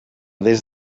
des